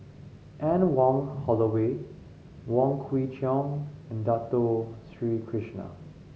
Anne Wong Holloway Wong Kwei Cheong and Dato Sri Krishna